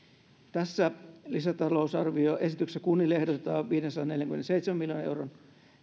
tässä lisätalousarvioesityksessä kunnille ehdotetaan viidensadanneljänkymmenenseitsemän miljoonan euron